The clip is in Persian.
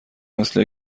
مثل